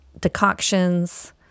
decoctions